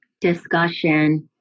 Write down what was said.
discussion